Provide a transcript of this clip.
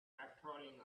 patrolling